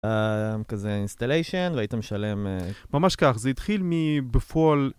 אה... כזה installation והיית משלם אה... ממש כך, זה התחיל מבפועל...